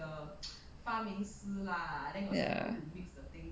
ya